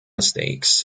stakes